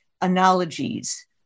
analogies